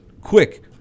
quick